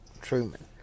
Truman